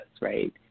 right